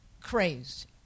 crazed